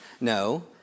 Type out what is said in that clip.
No